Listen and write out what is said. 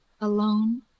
Alone